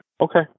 Okay